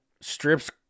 strips